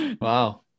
Wow